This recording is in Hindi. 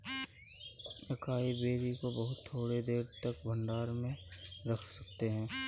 अकाई बेरी को बहुत थोड़ी देर तक भंडारण में रख सकते हैं